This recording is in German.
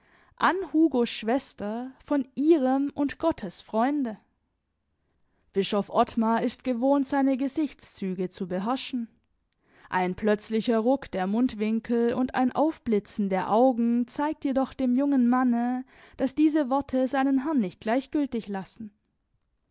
an hugos schwester von ihrem und gottes freunde bischof ottmar ist gewohnt seine gesichtszüge zu beherrschen ein plötzlicher ruck der mundwinkel und ein aufblitzen der augen zeigt jedoch dem jungen manne daß diese worte seinen herrn nicht gleichgültig lassen